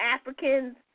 Africans